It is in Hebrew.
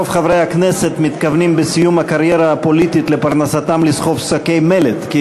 רוב חברי הכנסת מתכוונים בסיום הקריירה הפוליטית לסחוב שקי מלט לפרנסתם,